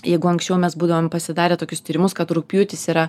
jeigu anksčiau mes būdavom pasidarę tokius tyrimus kad rugpjūtis yra